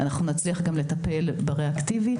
אנחנו נצליח לטפל גם ברה-אקטיבי.